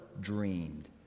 dreamed